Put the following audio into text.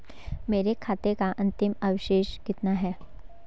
मेरे खाते का अंतिम अवशेष कितना है?